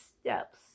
steps